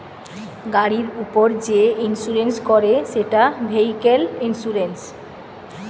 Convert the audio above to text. গাড়ির উপর যে ইন্সুরেন্স করে সেটা ভেহিক্যাল ইন্সুরেন্স